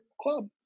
club